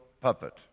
puppet